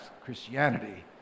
Christianity